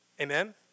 Amen